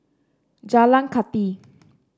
Jalan Kathi